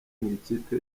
mw’ikipe